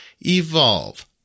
evolve